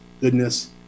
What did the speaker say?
goodness